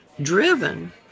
driven